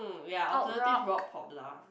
ya alternative rock pop lah